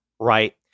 Right